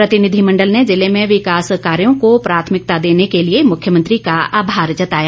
प्रतिनिधिमंडल ने जिले में विकास कार्यों को प्राथमिकता देने के लिए मुख्यमंत्री का आभार जताया